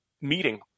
meeting